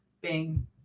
bing